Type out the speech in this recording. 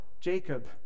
Jacob